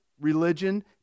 religion